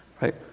right